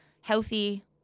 healthy